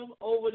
over